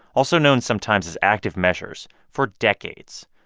also known sometimes as active measures, for decades.